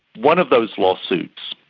one of those law suits,